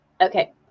okay